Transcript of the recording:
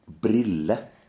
Brille